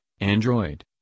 android